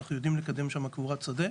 אנחנו יודעים לקדם שם קבורת שדה,